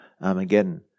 armageddon